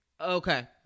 Okay